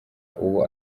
uwo